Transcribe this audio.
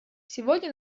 сегодня